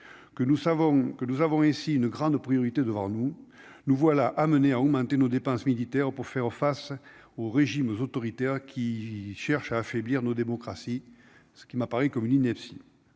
que nous avons ici une grande priorité devant nous, nous voilà amenés à augmenter nos dépenses militaires pour faire face aux régimes autoritaires qui cherche à affaiblir nos démocraties, ce qui m'apparaît comme une ineptie